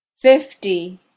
fifty